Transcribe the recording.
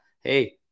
Hey